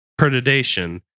predation